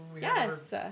Yes